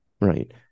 Right